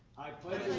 i pledge